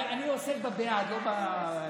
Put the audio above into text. אני עוסק בבעד, לא בנגד.